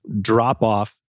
drop-off